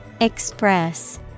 Express